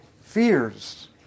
fears